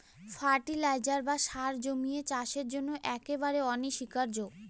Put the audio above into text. fertiliser বা সার জমির চাষের জন্য একেবারে অনস্বীকার্য